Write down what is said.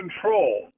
control